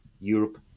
europe